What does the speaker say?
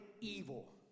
evil